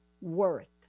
worth